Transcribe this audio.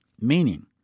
Meaning